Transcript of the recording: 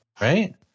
right